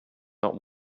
not